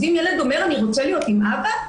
אז אם ילד אומר "אני רוצה להיות עם אבא",